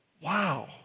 Wow